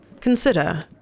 Consider